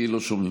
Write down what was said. כי לא שומעים.